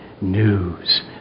news